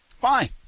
fine